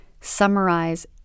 summarize